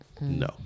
No